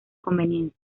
conveniencia